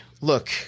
look